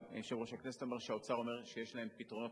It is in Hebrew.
גם יושב-ראש הכנסת אומר שהאוצר אומר שיש להם פתרונות,